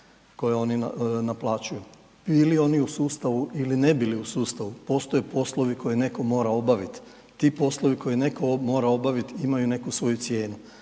koje oni naplaćuju bili oni u sustavu ili ne bili u sustavu, postoje poslovi koje netko mora obaviti. Ti poslovi koje netko mora obaviti imaju neku svoju cijenu.